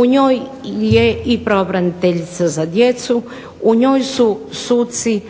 U njoj je i pravobraniteljica za djecu, u njoj su suci,